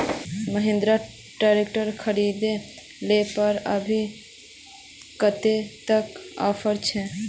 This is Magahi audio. महिंद्रा ट्रैक्टर खरीद ले पर अभी कतेक तक ऑफर छे?